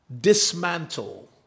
dismantle